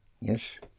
yes